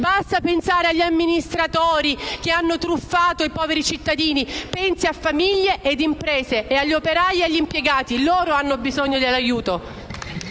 basta pensare agli amministratori che hanno truffato i poveri cittadini! Pensi alle famiglie e alle imprese, agli operai ed agli impiegati: loro hanno bisogno dell'aiuto!